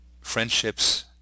friendships